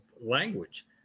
language